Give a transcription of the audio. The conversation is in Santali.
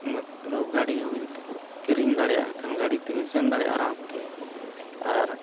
ᱢᱚᱛᱞᱚᱵᱽ ᱜᱟᱹᱰᱤ ᱦᱚᱸᱵᱤᱱ ᱠᱤᱨᱤᱧ ᱫᱟᱲᱮᱭᱟᱜ ᱮᱱᱠᱷᱟᱱ ᱜᱟᱹᱰᱤ ᱛᱮᱵᱤᱱ ᱥᱮᱱ ᱫᱟᱲᱮᱭᱟᱜᱼᱟ ᱟᱨᱟᱢᱛᱮ ᱟᱨ